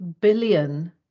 billion